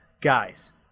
guys